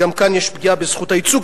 גם כאן יש פגיעה בזכות הייצוג,